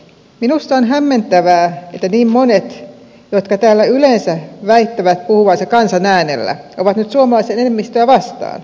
minusta on hämmentävää että niin monet jotka täällä yleensä väittävät puhuvansa kansan äänellä ovat nyt suomalaisten enemmistöä vastaan